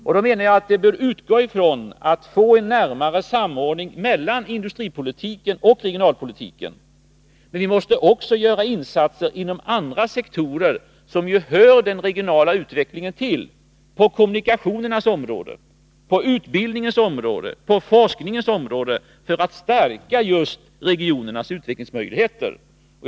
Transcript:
Jag menar att vi då bör utgå från att vi måste få en närmare samordning mellan industripolitiken och regionalpolitiken. Vi måste också göra insatser inom andra sektorer som ju hör den regionala utvecklingen till — på kommunikationernas område, på utbildningens område och på forskningens område — för att stärka just regionernas utvecklingsmöjligheter.